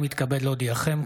אני מתכבד להודיעכם,